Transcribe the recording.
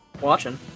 watching